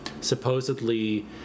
supposedly